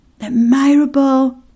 admirable